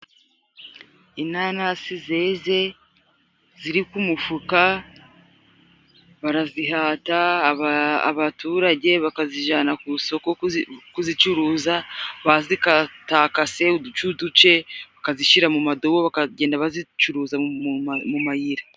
Inanasi zeze ziri ku mufuka barazihata abaturage bakazijana ku isoko kuzicuruza, bazikatakase uduce uduce bakazishira mu madubo, bakagenda bazicuruza mu mayira.